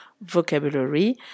vocabulary